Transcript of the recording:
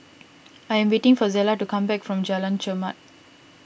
I am waiting for Zella to come back from Jalan Chermat